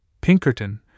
Pinkerton